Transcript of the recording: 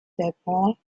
therefore